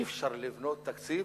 אי-אפשר לבנות תקציב